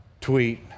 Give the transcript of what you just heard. tweet